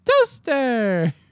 toaster